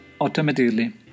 automatically